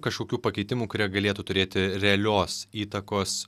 kažkokių pakeitimų kurie galėtų turėti realios įtakos